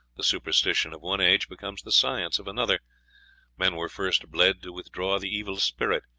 the superstition of one age becomes the science of another men were first bled to withdraw the evil spirit,